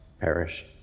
perish